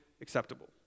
acceptable